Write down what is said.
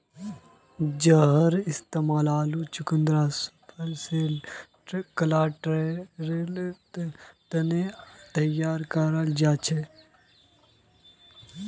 जहार इस्तेमाल आलू चुकंदर फसलेर कटाईर तने तैयार कराल जाछेक